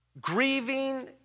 Grieving